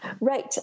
Right